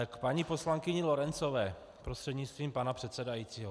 K paní poslankyni Lorencové prostřednictvím pana předsedajícího.